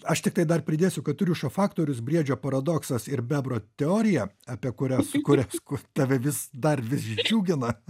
aš tiktai dar pridėsiu kad triušio faktorius briedžio paradoksas ir bebro teorija apie kurias kurias tave vis dar vis džiugina